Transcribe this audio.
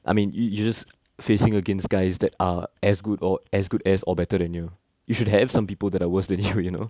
I mean you you just facing against guys that are as good or as good as or better than you you should have some people that are worse than you you know